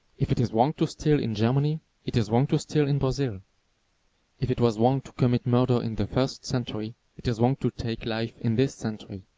if it is wrong to steal in germany, it is wrong to steal in brazil. if it was wrong to commit murder in the first century, it is wrong to take life in this century.